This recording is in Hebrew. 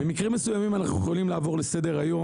במקרים מסוימים אנחנו יכולים לעבור לסדר-היום,